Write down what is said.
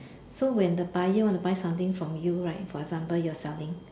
so when the buyer want to buy something from you right for example you are selling